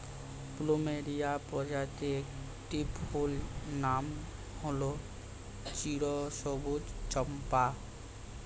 plumeria প্রজাতির একটি ফুলের নাম হল চিরসবুজ চম্পা